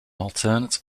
alternate